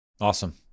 Awesome